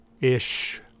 ish